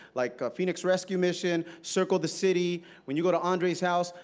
like phoenix rescue mission, circle the city, when you go to andre house,